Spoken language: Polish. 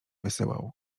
wysyłał